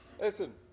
Listen